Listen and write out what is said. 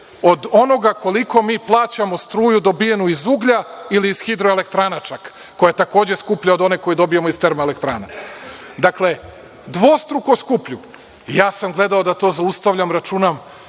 od onoga koliko mi plaćamo struju dobijenu iz uglja ili hidroelektrana čak, a koja je takođe skuplja od one koju dobijemo iz termoelektrana. Dakle, dvostruko skuplju. Ja sam gledao da to zaustavljam. Računam,